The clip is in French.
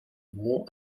ronds